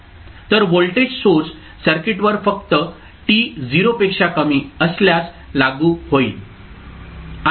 तर voltage source सर्किटवर फक्त t 0 पेक्षा कमी असल्यास लागू होईल